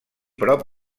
prop